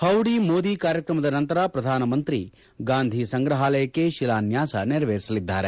howdy Modi ಕಾರ್ಯಕ್ರಮದ ನಂತರ ಶ್ರಧಾನಮಂತ್ರಿ ಗಾಂಧಿ ಸಂಗ್ರಹಾಲಯಕ್ಕೆ ಶಿಲಾನ್ಯಾಸ ನೆರವೇರಿಸಲಿದ್ದಾರೆ